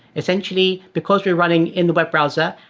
essentially, because we're running in the web browser,